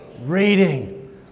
reading